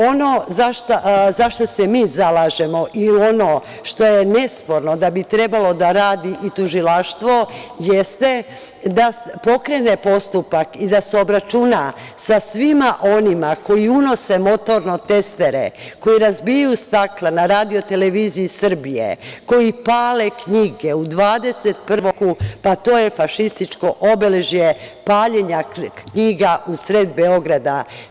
Ono za šta se mi zalažemo i ono što je nesporno da bi trebalo da radi i tužilaštvo jeste da pokrene postupak i da se obračuna sa svima onima koji unose motorne testere, koji razbijaju stakla na RTS, koji pale knjige u 21. veku, pa to je fašističko obeležje paljenja knjiga u sred Beograda.